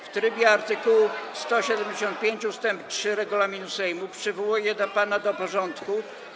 W trybie art. 175 ust. 3 regulaminu Sejmu przywołuję pana do porządku.